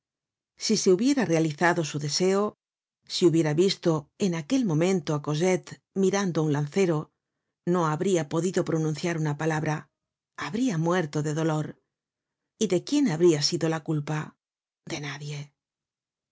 si se hubiera realizado su deseo si hubiera visto en aquel momento á cosette mirando á un lancero no habria podido pronunciar una palabra habria muerto de dolor y de quién habria sido la culpa de nadie